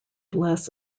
bless